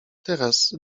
teraz